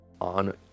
on